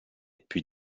puis